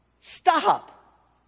Stop